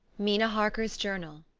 mina harker's journal.